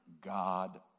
God